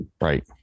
right